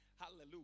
Hallelujah